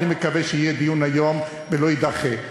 ואני מקווה שיהיה דיון היום והוא לא יידחה.